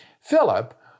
Philip